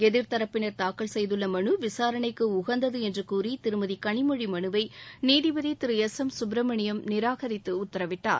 எதிர்தரப்பினர் தாக்கல் செய்துள்ள மனு விசாரணைக்கு உகந்தது என்று கூறி திருமதி களிமொழி மனுவை நீதிபதி எஸ் எம் சுப்பிரமணியம் நிராகரித்து உத்தரவிட்டார்